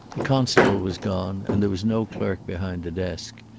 the constable was gone, and there was no clerk behind the desk.